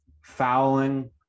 fouling